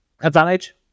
Advantage